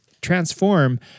transform